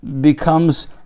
becomes